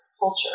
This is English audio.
culture